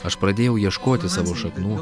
aš pradėjau ieškoti savo šaknų